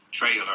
trailer